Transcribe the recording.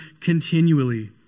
continually